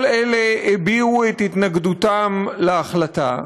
כל אלה הביעו את התנגדותם להחלטה.